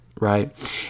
right